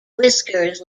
whiskers